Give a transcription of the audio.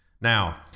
Now